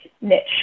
niche